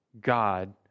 God